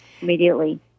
immediately